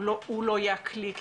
הוא לא יהיה הכלי,